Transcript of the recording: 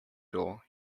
door